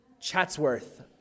Chatsworth